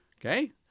Okay